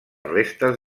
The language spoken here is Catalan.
restes